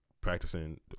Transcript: practicing